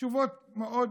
התשובות מאוד פשוטות.